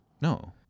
No